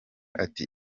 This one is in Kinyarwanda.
ati